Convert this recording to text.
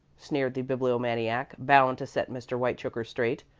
sneered the bibliomaniac, bound to set mr. whitechoker straight.